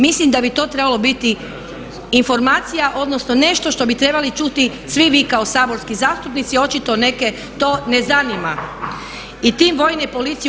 Mislim da bi to trebalo biti informacija odnosno nešto što bi trebali čuti svi vi kao saborski zastupnici, a očito neke to ne zanima i tim vojne policije u